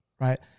right